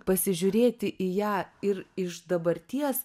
pasižiūrėti į ją ir iš dabarties